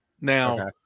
Now